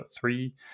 three